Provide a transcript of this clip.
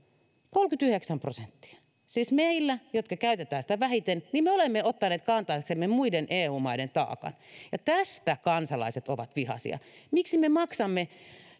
on kolmekymmentäyhdeksän prosenttia siis me jotka käytämme sitä vähiten olemme ottaneet kantaaksemme muiden eu maiden taakan tästä kansalaiset ovat vihaisia miksi me maksamme